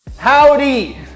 Howdy